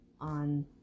on